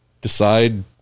Decide